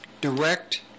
direct